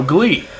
Glee